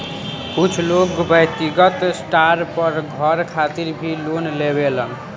कुछ लोग व्यक्तिगत स्टार पर घर खातिर भी लोन लेवेलन